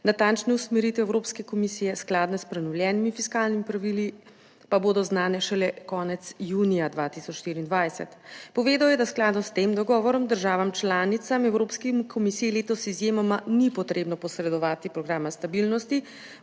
natančne usmeritve Evropske komisije, skladne s prenovljenimi fiskalnimi pravili pa bodo znane šele konec junija 2024. Povedal je, da skladno s tem dogovorom državam članicam, Evropski komisiji letos izjemoma ni potrebno posredovati programa stabilnosti,